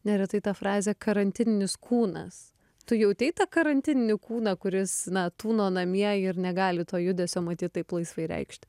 neretai tą frazę karantininis kūnas tu jautei tą karantininį kūną kuris na tūno namie ir negali to judesio matyt taip laisvai reikšt